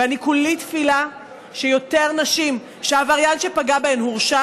ואני כולי תפילה שיותר נשים שעבריין שפגע בהן הורשע